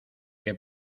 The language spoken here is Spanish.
que